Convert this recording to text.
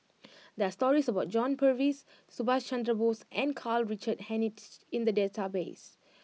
there are stories about John Purvis Subhas Chandra Bose and Karl Richard Hanitsch in the database